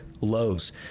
lows